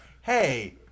hey